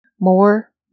More